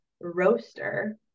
roaster